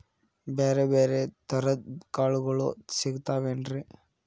ಬ್ಯಾರೆ ಬ್ಯಾರೆ ತರದ್ ಕಾಳಗೊಳು ಸಿಗತಾವೇನ್ರಿ?